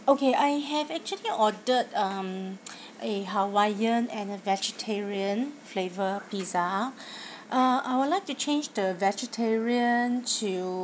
okay I have actually ordered um a hawaiian and a vegetarian flavour pizza uh I would like to change the vegetarian to